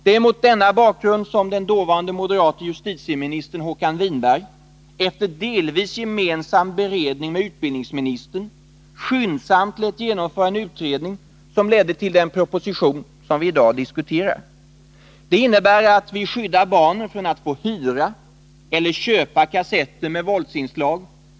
Det var mot denna bakgrund som den dåvarande moderate justitieministern Håkan Winberg, efter delvis gemensam beredning med utbildningsministern, skyndsamt lät genomföra en utredning som ledde till den proposition som vi i dag diskuterar. Det innebär att vi skyddar barn under 15 år från att få hyra eller köpa kassetter med våldsinslag.